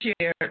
share